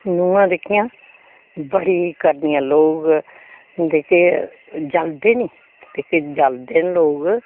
नूंहां जेह्कियां बड़ी करदियां लोग हून जेह्के जलदे नी ते जेह्के जलदे न लोग